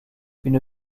une